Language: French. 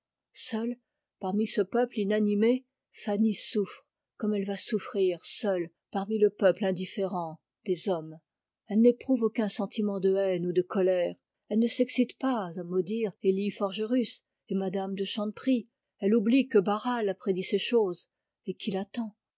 seule parmi ce peuple inanimé fanny souffre comme elle va souffrir seule parmi le peuple indifférent des hommes elle n'éprouve aucun sentiment de haine et de colère elle ne s'excite pas à maudire élie forgerus et mme de chanteprie elle oublie que barral a prédit ces choses et qu'il attend